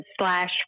slash